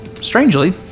strangely